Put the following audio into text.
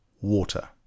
water